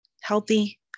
healthy